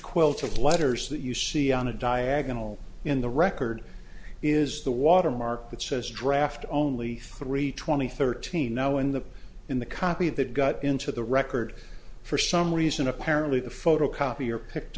quilt of letters that you see on a diagonal in the record is the watermark that says draft only three twenty thirteen now in the in the copy that got into the record for some reason apparently the photocopier picked